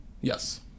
Yes